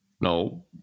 no